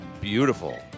beautiful